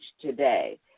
today